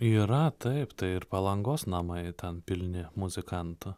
yra taip tai ir palangos namai ten pilni muzikantų